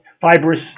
fibrous